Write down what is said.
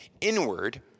inward